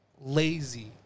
lazy